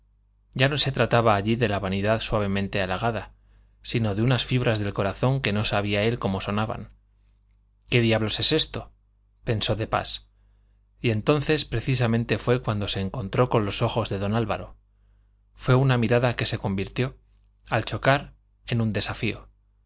ya no se trataba allí de la vanidad suavemente halagada sino de unas fibras del corazón que no sabía él cómo sonaban qué diablos es esto pensó de pas y entonces precisamente fue cuando se encontró con los ojos de don álvaro fue una mirada que se convirtió al chocar en un desafío